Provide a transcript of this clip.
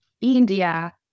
India